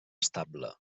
estable